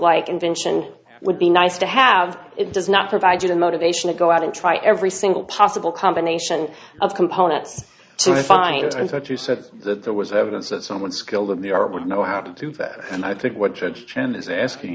like invention would be nice to have it does not provide you the motivation to go out and try every single possible combination of components to find out i thought you said that there was evidence that someone skilled in the art would know how to do that and i think what judge chen is asking